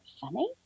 funny